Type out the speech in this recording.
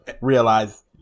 realize